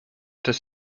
does